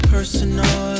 Personal